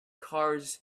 cars